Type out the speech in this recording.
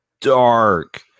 dark